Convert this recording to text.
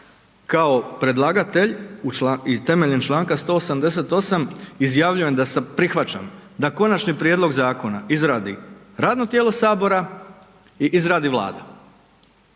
kao predlagatelj temeljem Članka 188. izjavljujem da prihvaćam da konačni prijedlog zakona izradi radno tijelo sabora i izradi vlada,